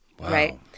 right